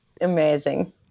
Amazing